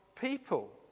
people